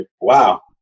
wow